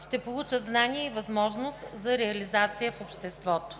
ще получават знания и възможност за реализация в обществото.